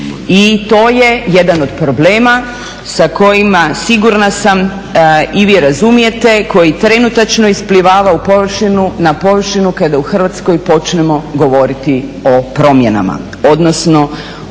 I to je jedan od problema s kojima sigurna sa i vi razumijete koji trenutačno isplivava na površinu kada u Hrvatskoj počnemo govoriti o promjenama odnosno